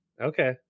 Okay